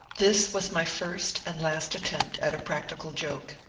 this was my first and last attempt at a practical joke.